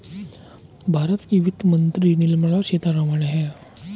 भारत की वित्त मंत्री निर्मला सीतारमण है